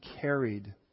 carried